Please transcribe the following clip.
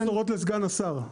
אבל יש לי גם בשורות לסגן השר.